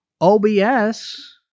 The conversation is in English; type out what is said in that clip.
OBS